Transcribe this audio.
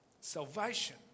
Salvation